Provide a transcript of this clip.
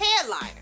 headliner